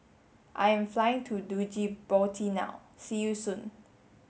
I am flying to Djibouti now see you soon